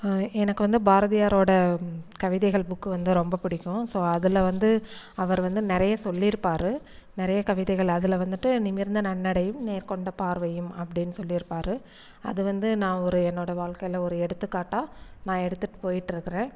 எனக்கு வந்து பாரதியாரோடய கவிதைகள் புக்கு வந்து ரொம்ப பிடிக்கும் ஸோ அதில் வந்து அவர் வந்து நிறைய சொல்லியிருப்பாரு நிறைய கவிதைகள் அதில் வந்துட்டு நிமிர்த்த நன்னடையும் நேர் கொண்ட பார்வையும் அப்படினு சொல்லியிருப்பாரு அது வந்து நான் ஒரு என்னோடய வாழ்க்கையில் ஒரு எடுத்துக்காட்டாக நான் எடுத்துட்டு போயிட்டு இருக்கிறேன்